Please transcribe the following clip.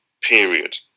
period